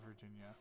Virginia